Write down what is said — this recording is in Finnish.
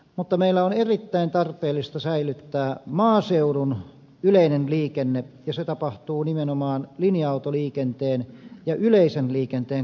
mutta meille on erittäin tarpeellista säilyttää maaseudun yleinen liikenne ja se tapahtuu nimenomaan linja autoliikenteen ja yleisen liikenteen kautta